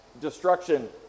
destruction